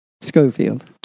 Schofield